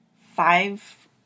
five